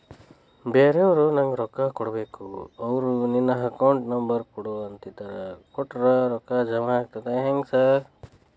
ಬ್ಯಾರೆವರು ನಂಗ್ ರೊಕ್ಕಾ ಕೊಡ್ಬೇಕು ಅವ್ರು ನಿನ್ ಅಕೌಂಟ್ ನಂಬರ್ ಕೊಡು ಅಂತಿದ್ದಾರ ಕೊಟ್ರೆ ರೊಕ್ಕ ಜಮಾ ಆಗ್ತದಾ ಹೆಂಗ್ ಸಾರ್?